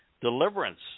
deliverance